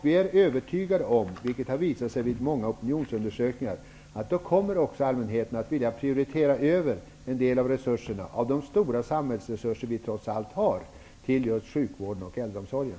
Vi är övertygade om -- vilket också visat sig vid många opinionsundersökningar -- att allmänheten då kommer att vilja prioritera över en del av de stora samhällsresurser, som vi trots allt har, till just sjukvården och äldreomsorgen.